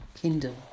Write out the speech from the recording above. kindle